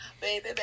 baby